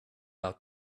out